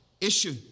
issue